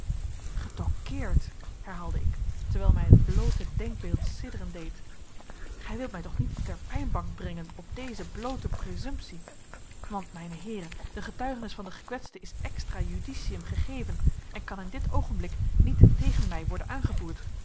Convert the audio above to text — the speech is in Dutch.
getorqueerd herhaalde ik terwijl mij het bloote denkbeeld sidderen deed gij wilt mij toch niet ter pijnbank brengen op deze bloote presumtie want mijne heeren de getuigenis van den gekwetste is extra judicium gegeven en kan in dit oogenblik niet tegen mij worden aangevoerd